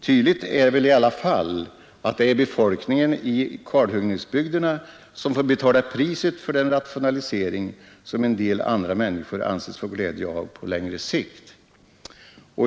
Tydligt är väl i alla fall att det är befolkningen i kalhuggningsbygderna som får betala priset för den rationalisering som en del andra människor anses få glädje av på längre sikt.